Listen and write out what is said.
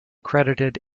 credited